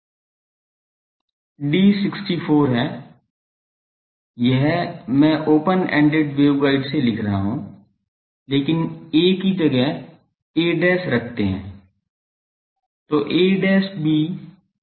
D 64 है यह मैं ओपन एंड वेवगाइड से लिख रहा हूं केवल a की जगह a' रखते है